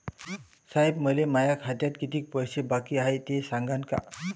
साहेब, मले माया खात्यात कितीक पैसे बाकी हाय, ते सांगान का?